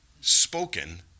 spoken